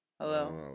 hello